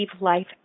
life